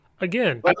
again